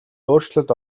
өөрчлөлт